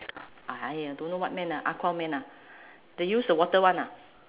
!aiya! don't know what man ah aquaman ah the use the water one ah